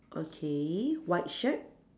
okay white shirt